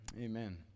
Amen